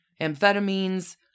Amphetamines